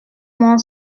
m’en